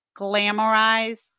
glamorize